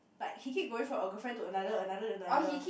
like he keep going from a girlfriend to another another and another